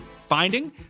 finding